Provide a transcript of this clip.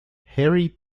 harry